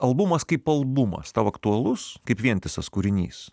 albumas kaip albumas tau aktualus kaip vientisas kūrinys